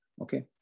Okay